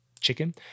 chicken